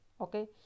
Okay